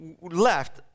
left